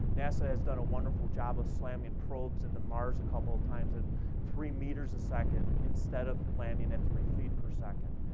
nasa has done a wonderful job of slamming probes into mars a couple of times at three meters a second, instead of landing at three feet per second,